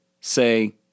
say